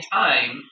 time